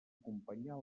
acompanyar